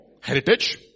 heritage